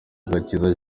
gakiza